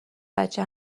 بچه